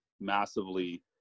massively